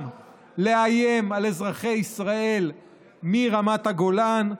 לאיים על אזרחי ישראל מרמת הגולן,